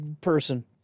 person